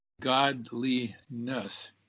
godliness